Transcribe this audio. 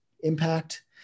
impact